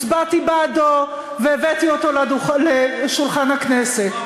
הצבעתי בעדו והבאתי אותו לשולחן הכנסת,